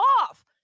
off